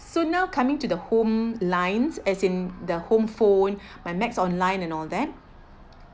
so now coming to the home lines as in the home phone my max online and all that